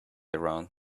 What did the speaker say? around